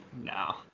no